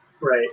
Right